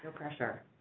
ah pressure!